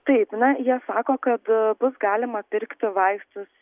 taip na jie sako kad bus galima pirkti vaistus